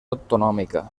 autonòmica